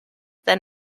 than